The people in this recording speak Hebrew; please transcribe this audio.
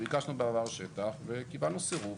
ביקשנו בעבר שטח וקיבלנו סירוב